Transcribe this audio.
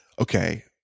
okay